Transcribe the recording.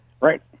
Right